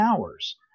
hours